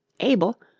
able,